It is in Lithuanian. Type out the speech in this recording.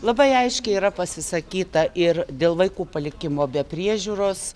labai aiškiai yra pasisakyta ir dėl vaikų palikimo be priežiūros